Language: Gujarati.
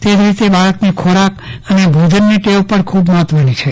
તે જ રીતે બાળકની ખોરાક અને ભોજનની ટેવ પજ્ઞ ખૂબ મહત્વની છે